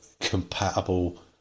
compatible